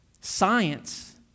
Science